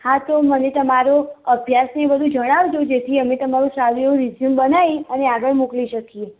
હા તો મને તમારો અભ્યાસ ને એ બધું જણાવજો તો અમે તમારું સારું એવું રીઝ્યુમ બનાવી અને આગળ મોકલી શકીએ